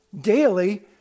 daily